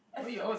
I feel like